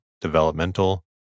developmental